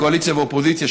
קואליציה ואופוזיציה,